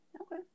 Okay